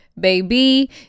baby